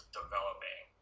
developing